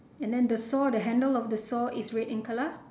and then the saw the handle of the saw is red in colour